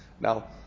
Now